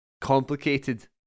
complicated